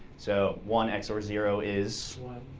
so one zero is one